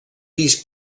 pis